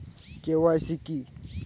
KYC কি?